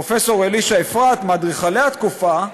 פרופ' אלישע אפרת, מאדריכלי התקופה,